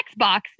Xbox